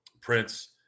Prince